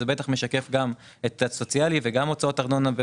100,000 שקל בחודשיים בטח משקף גם את המענק הסוציאלי וגם הוצאות ארנונה.